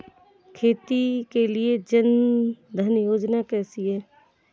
खेती के लिए जन धन योजना कैसी है?